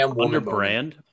under-brand